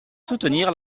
soutenir